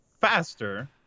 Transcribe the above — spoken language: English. faster